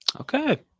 okay